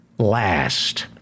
last